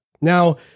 Now